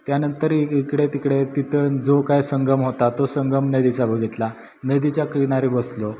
त्यानंतर इकडे तिकडे तिथं जो काय संगम होता तो संगम नदीचा बघितला नदीच्या किनारी बसलो